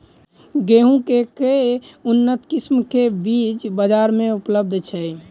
गेंहूँ केँ के उन्नत किसिम केँ बीज बजार मे उपलब्ध छैय?